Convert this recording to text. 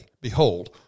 Behold